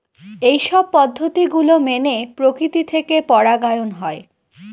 এইসব পদ্ধতি গুলো মেনে প্রকৃতি থেকে পরাগায়ন হয়